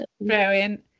Brilliant